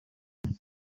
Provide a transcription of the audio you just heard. and